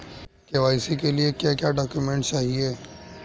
KYC के लिए क्या क्या डॉक्यूमेंट चाहिए?